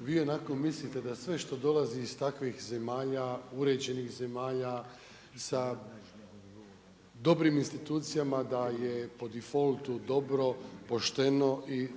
vi onako mislite da sve što dolazi iz takvih zemalja, uređenih zemalja, sa dobrim institucijama, da je po defoltu dobro, pošteno i